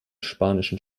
spanischen